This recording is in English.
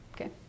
Okay